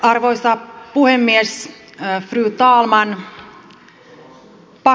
arvoisa puhemies fru talman